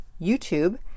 YouTube